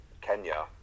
Kenya